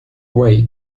way